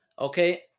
Okay